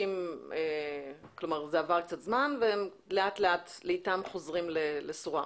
עבר קצת זמן ואנשים לאיטם חוזרים לסורם.